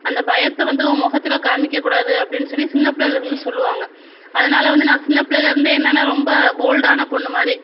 அந்த பயத்தை வந்து உன் முகத்துல காமிக்கக்கூடாது அப்டின்னு சொல்லி சின்ன பிள்ளைல இருந்து சொல்வாங்க அதனால வந்து நான் சின்ன பிள்ளையில இருந்து என்னன்னா ரொம்ப போல்டான பொண்ணு மாதிரி